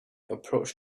approached